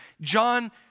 John